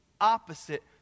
opposite